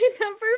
number